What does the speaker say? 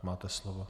Máte slovo.